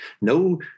No